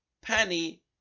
penny